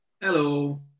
Hello